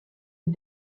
est